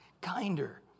kinder